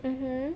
mmhmm